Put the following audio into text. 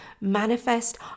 manifest